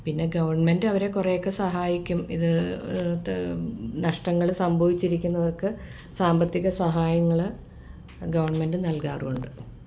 പിന്നെ ഗവണ്മെൻറ്റ് അവരെ കുറെയൊക്കെ സഹായിക്കും നഷ്ടങ്ങള് സംഭവിച്ചിരിക്കുന്നവർക്ക് സാമ്പത്തിക സഹായങ്ങള് ഗവണ്മെൻറ്റ് നൽകാറുണ്ട്